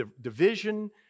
division